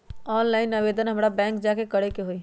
Online आवेदन हमरा bank जाके करे के होई?